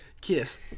kiss